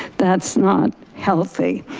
that's not healthy.